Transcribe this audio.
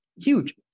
huge